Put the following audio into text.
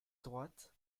droite